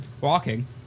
walking